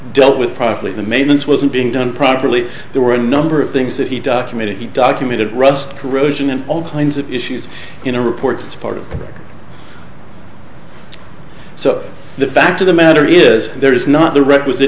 dealt with properly the maintenance wasn't being done properly there were a number of things that he documented documented rust corrosion and all kinds of issues in a report it's part of so the fact of the matter is there is not the requisite